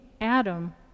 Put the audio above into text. Adam